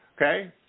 Okay